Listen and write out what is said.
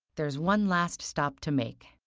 there's one last stop to make,